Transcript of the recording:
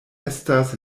estas